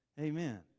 Amen